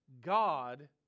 God